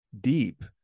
deep